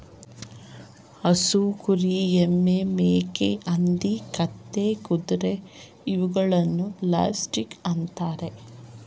ಹಸು, ಕುರಿ, ಎಮ್ಮೆ, ಮೇಕೆ, ಹಂದಿ, ಕತ್ತೆ, ಕುದುರೆ ಇವುಗಳನ್ನು ಲೈವ್ ಸ್ಟಾಕ್ ಅಂತರೆ